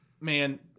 Man